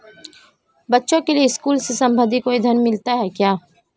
बच्चों के लिए स्कूल से संबंधित कोई ऋण मिलता है क्या?